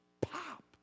pop